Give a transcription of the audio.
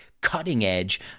cutting-edge